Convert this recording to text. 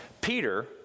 Peter